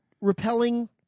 repelling